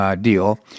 deal